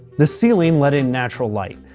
the ceiling let in natural light.